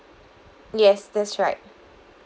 yes that's right